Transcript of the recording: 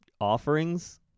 offerings